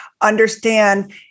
understand